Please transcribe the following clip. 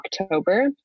October